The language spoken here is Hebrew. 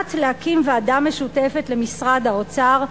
והוחלט להקים ועדת משותפת למשרד האוצר,